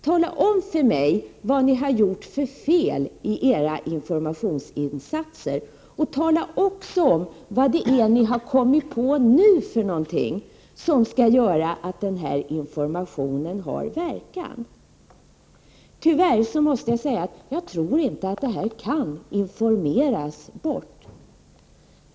Tala om för mig vad ni har gjort för fel i era informationsinsatser! Tala också om vad det är för någonting ni har kommit på nu som skall-göra att denna information har verkan! Tyvärr måste jag säga att jag inte tror att detta kan informeras bort.